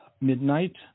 midnight